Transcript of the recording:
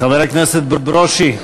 חבר הכנסת ברושי,